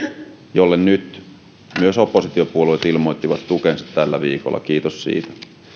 jolle nyt myös oppositiopuolueet ilmoittivat tukensa tällä viikolla kiitos siitä